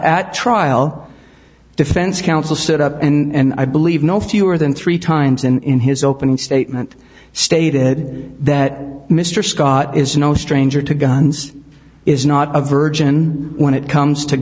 at trial defense counsel set up and i believe no fewer than three times in his opening statement stated that mr scott is no stranger to guns is not a virgin when it comes to